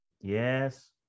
Yes